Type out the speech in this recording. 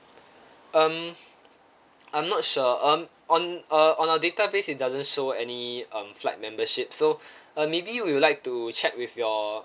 um I'm not sure um on uh on our database it doesn't show any um flight membership so uh maybe you'll like to check with your